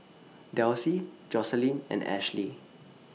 Delsie Joseline and Ashlee